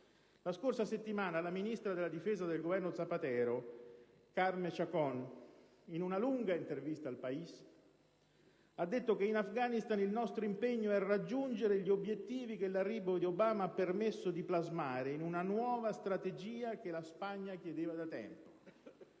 La scorsa settimana il ministro della difesa del Governo Zapatero Carme Chacón, in una lunga intervista a «El País», ha affermato che «in Afghanistan il nostro impegno è raggiungere gli obiettivi che l'arrivo di Obama ha permesso di plasmare, in una nuova strategia che la Spagna chiedeva da tempo.